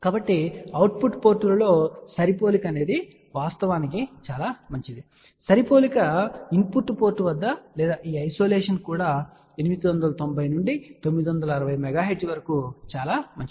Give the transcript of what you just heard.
కాబట్టి output పోర్టులలో సరిపోలిక వాస్తవానికి చాలా మంచిది సరి పోలిక ఇన్ పుట్ పోర్ట్ వద్ద లేదా ఈ ఐసోలేషన్ కూడా890 నుండి 960 MHz వరకు చాలా మంచిది